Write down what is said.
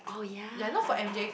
oh yeah